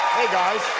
hey guys!